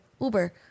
Uber